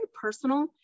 personal